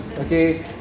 Okay